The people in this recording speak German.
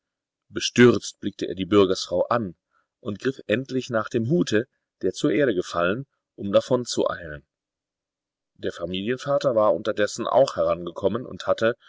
bestürzt blickte er die bürgersfrau an und griff endlich nach dem hute der zur erde gefallen um davonzueilen der familienvater war unterdessen auch herangekommen und hatte